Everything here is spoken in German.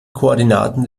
koordinaten